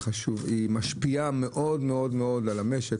היא משפיעה מאוד-מאוד על המשק,